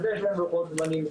אז יש להם לוחות זמנים משלהם.